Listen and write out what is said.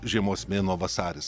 žiemos mėnuo vasaris